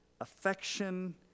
affection